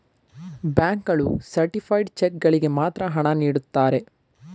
bank ಗಳು certified cheque ಗಳಿಗೆ ಮಾತ್ರ ಹಣ ನೀಡುತ್ತಾರೆ